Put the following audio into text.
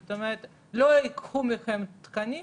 זאת אומרת לא ייקחו מכם תקנים,